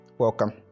Welcome